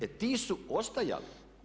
E ti su ostajali.